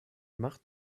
macht